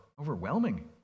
overwhelming